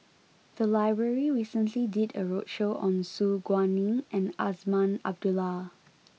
the library recently did a roadshow on Su Guaning and Azman Abdullah